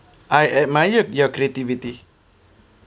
I admire your creativity